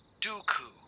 dooku